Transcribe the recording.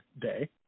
day